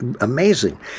amazing